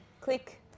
click